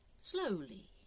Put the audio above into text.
slowly